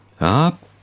Up